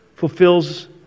fulfills